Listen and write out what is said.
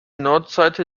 nordseite